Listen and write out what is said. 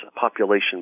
population